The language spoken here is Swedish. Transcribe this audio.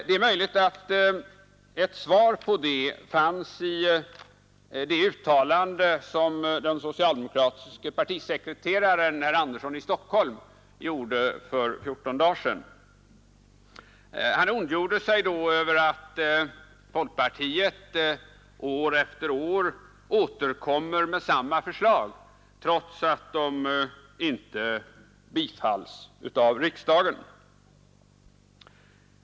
Det är möjligt att ett svar på den fanns i det uttalande som den socialdemokratiske partisekreteraren herr Sten Andersson i Stockholm gjorde för 14 dagar sedan. Han ondgjorde sig då över att folkpartiet år efter år återkommer med samma förslag trots att de inte bifalls av riksdagen.